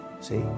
See